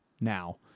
now